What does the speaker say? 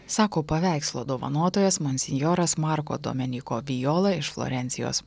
sako paveikslo dovanotojas monsinjoras marko dominyko viola iš florencijos